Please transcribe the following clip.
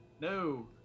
No